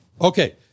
Okay